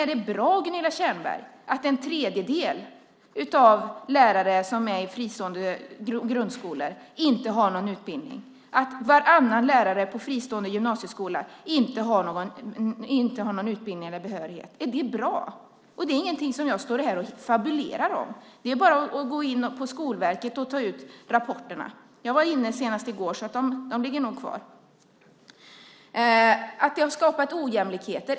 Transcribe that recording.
Är det bra att en tredjedel av lärarna i fristående grundskolor inte har någon utbildning och att varannan lärare på fristående gymnasieskolor inte har någon utbildning eller behörighet? Är det bra? Det är ingenting som jag står här och fabulerar om. Det är bara att gå in på Skolverkets hemsida och ta ut rapporterna. Jag var inne senast i går, så de ligger nog kvar. Det sades att vi har skapat ojämlikheter.